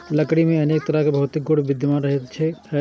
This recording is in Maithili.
लकड़ी मे अनेक तरहक भौतिक गुण विद्यमान रहैत छैक